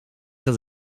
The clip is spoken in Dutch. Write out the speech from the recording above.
dat